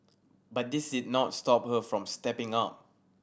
but this did not stop her from stepping up